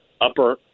upper